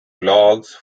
blogs